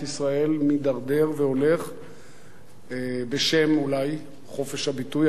ישראל מידרדר והולך בשם אולי חופש הביטוי.